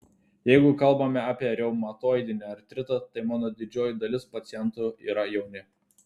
jeigu kalbame apie reumatoidinį artritą tai mano didžioji dalis pacientų yra jauni